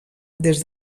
des